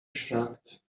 shrugged